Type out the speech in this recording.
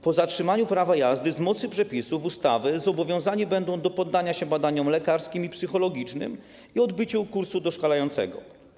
Po zatrzymaniu prawa jazdy z mocy przepisów ustawy zobowiązani będą do poddania się badaniom lekarskim i psychologicznym i odbycia kursu doszkalającego.